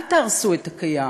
אל תהרסו את הקיים.